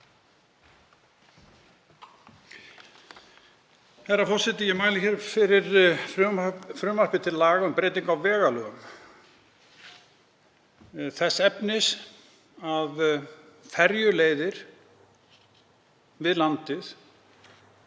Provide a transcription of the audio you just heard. Herra forseti. Ég mæli fyrir frumvarpi til laga um breytingu á vegalögum þess efnis að ferjuleiðum við landið